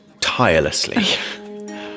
tirelessly